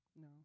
No